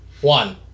One